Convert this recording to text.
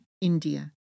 India